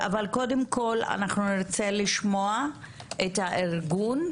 אבל קודם כל, אנחנו נרצה לשמוע את הארגון,